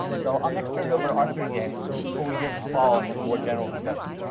so i'll next turn it over arthur again before we hear from paul and have a more general discussion.